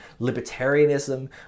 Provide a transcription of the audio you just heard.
libertarianism